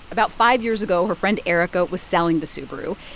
about five years ago, her friend erica was selling the subaru.